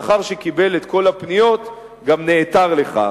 לאחר שקיבל את כל הפניות, גם נעתר לכך.